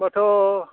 होमबाथ